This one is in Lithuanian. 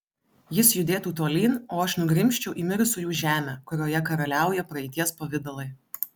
jis judėtų tolyn o aš nugrimzčiau į mirusiųjų žemę kurioje karaliauja praeities pavidalai